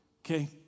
Okay